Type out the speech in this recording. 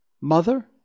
Mother